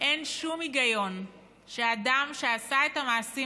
אין שום היגיון שאדם שעשה את המעשים